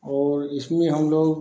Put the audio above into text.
और इसमें हम लोग